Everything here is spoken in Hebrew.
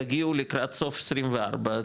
תגיעו לקראת סוף 24,